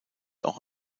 auch